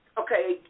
Okay